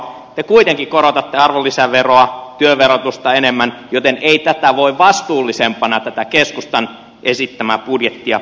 te kuitenkin korotatte arvonlisäveroa työn verotusta enemmän joten ei tätä keskustan esittämää budjettia voi vastuullisempana pitää